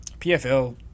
PFL